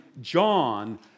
John